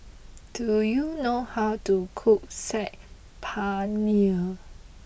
do you know how to cook Saag Paneer